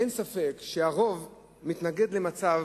אין ספק שהרוב מתנגד למצב